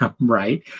right